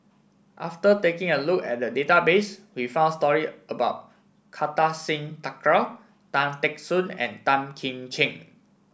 after taking a look at the database we found story about Kartar Singh Thakral Tan Teck Soon and Tan Kim Ching